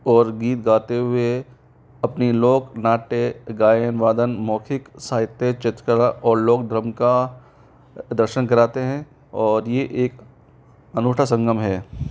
और गीत गाते हुए अपने लोक नाटे गायन वादन मौखिक साहित्य चित्रकला और लोक का दर्शन कराते हैं और यह एक अनोठा संघम है